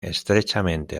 estrechamente